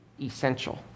essential